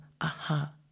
aha